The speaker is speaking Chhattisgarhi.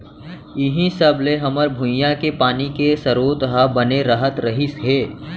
इहीं सब ले हमर भुंइया के पानी के सरोत ह बने रहत रहिस हे